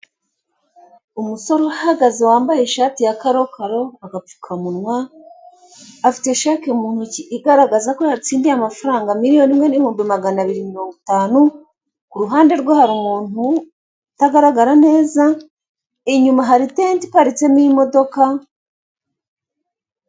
Umusore uhagaze wambaye ishati ya karokaro, agapfukamunwa, afite sheke mu ntoki igaragaza ko yatsindiye amafaranga miliyoni imwe n'ibihumbi magana abiri mirongo itanu, ku ruhande rwe hari umuntu utagaragara neza, inyuma hari itente iparitsemo imodoka,...